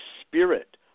spirit